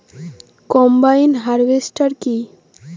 Combine harvester কি?